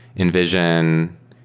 envision.